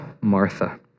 Martha